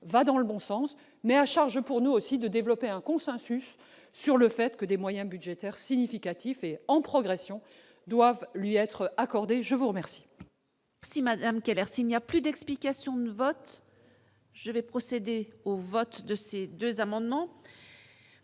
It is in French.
va dans le bon sens mais à charge pour nous aussi de développer un consensus sur le fait que des moyens budgétaires significatifs en progression doivent lui être accordé, je vous remercie.